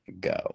go